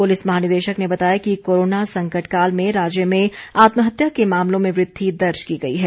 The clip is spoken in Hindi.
पुलिस महानिदेशक ने बताया कि कोरोना संकट काल में राज्य में आत्महत्या के मामलों में वृद्वि दर्ज की गई है